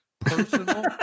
Personal